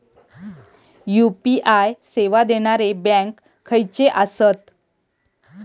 UPI सेवा देणारे bank खयचे आसत?